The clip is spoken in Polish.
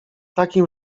takim